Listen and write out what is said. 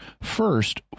First